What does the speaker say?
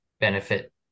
benefit